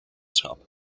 schap